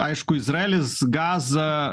aišku izraelis gaza